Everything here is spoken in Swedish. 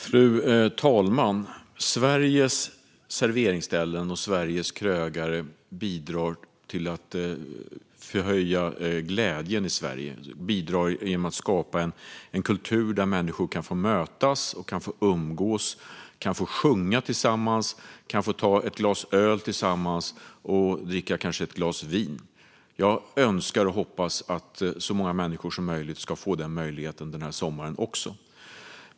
Fru talman! Sveriges serveringsställen och krögare bidrar till att förhöja glädjen i Sverige. De bidrar genom att skapa en kultur där människor kan få mötas och umgås. De kan få sjunga tillsammans, ta ett glas öl tillsammans och kanske dricka ett glas vin. Jag önskar och hoppas att så många människor som möjligt ska få den möjligheten också denna sommar.